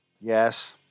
Yes